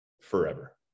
forever